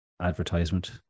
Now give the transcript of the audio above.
advertisement